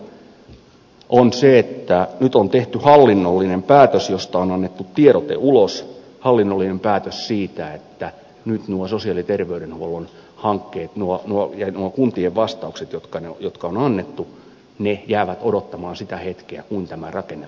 vastaus on se että nyt on tehty hallinnollinen päätös josta on annettu tiedote ulos hallinnollinen päätös siitä että nyt nuo sosiaali ja terveydenhuollon hankkeet ja nuo kuntien vastaukset jotka on annettu jäävät odottamaan sitä hetkeä kun tämä rakennelaki saa tuulta alleen